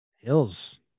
Hills